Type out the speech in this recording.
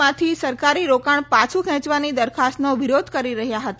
માંથી સરકારી રોકાણ પાછું ખેંચવાની દરખાસ્તનો વિરોધ કરી રહ્યા હતા